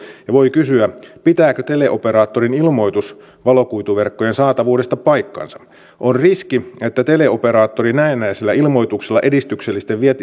ja voi kysyä pitääkö teleoperaattorin ilmoitus valokuituverkkojen saatavuudesta paikkansa on riski että teleoperaattori näennäisellä ilmoituksella edistyksellisten